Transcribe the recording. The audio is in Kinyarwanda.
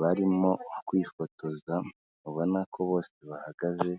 barimo kwifotoza ubona ko bose bahagaze.